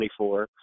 24